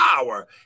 power